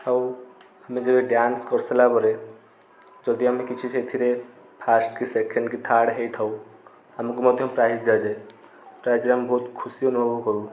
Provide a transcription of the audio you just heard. ଆଉ ଆମେ ଯେବେ ଡ୍ୟାନ୍ସ କରିସାରିଲା ପରେ ଯଦି ଆମେ କିଛି ସେଥିରେ ଫାର୍ଷ୍ଟ କି ସେକେଣ୍ଡ୍ କି ଥାର୍ଡ଼ ହୋଇଥାଉ ଆମକୁ ମଧ୍ୟ ପ୍ରାଇଜ୍ ଦିଆଯାଏ ପ୍ରାଇଜ୍ ରେ ଆମେ ବହୁତ ଖୁସି ଅନୁଭବ କରୁ